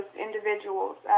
individuals